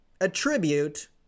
attribute